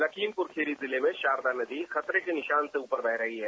लखीमपुर खीरी जिले में शारदा नदी खतरे के निशान से ऊपर बह रही है